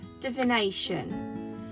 divination